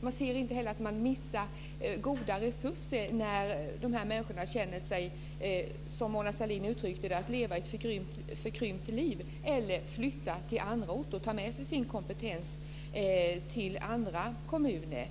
De inser inte heller att de missar goda resurser när de här människorna tvingas, som Mona Sahlin uttryckte det, leva ett förkrympt liv eller ta med sig sin kompetens och flytta till andra kommuner.